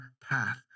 path